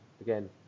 again